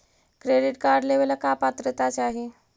Credit card लेवेला का पात्रता चाही?